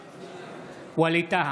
בעד ווליד טאהא,